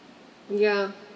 ya